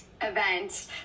event